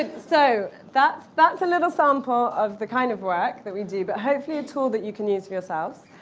so that's that's a little sample of the kind of work that we do, but hopefully a tool that you can use for yourselves.